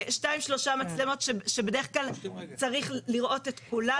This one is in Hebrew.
שתיים-שלוש מצלמות שבדרך כלל צריך לראות את כולן